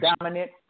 dominant